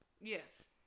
Yes